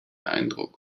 eindruck